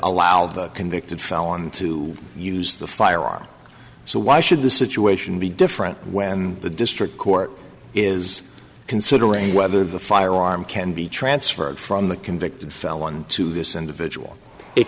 allow the convicted felon to use the firearm so why should the situation be different when the district court is considering whether the firearm can be transferred from the convicted felon to this individual it